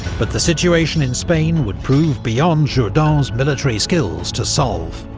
but the situation in spain would prove beyond jourdan's military skills to solve.